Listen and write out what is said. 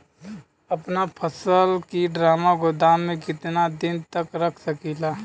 अपना फसल की ड्रामा गोदाम में कितना दिन तक रख सकीला?